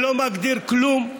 שלא מגדיר כלום.